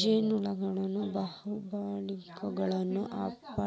ಜೇನಹುಳ, ಬಂಬಲ್ಬೇಗಳು, ಅಲ್ಫಾಲ್ಫಾ